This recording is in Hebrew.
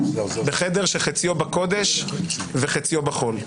בחדר שחציו בקודש וחציו בחול.